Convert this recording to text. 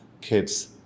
kids